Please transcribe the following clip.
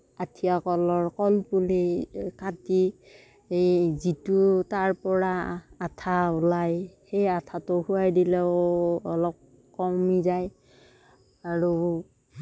আঠীয়া কলৰ কলপুলি কাটি সেই যিটো তাৰপৰা আঠা ওলাই সেই আঠাটো খোৱাই দিলেও অলপ কমি যায় আৰু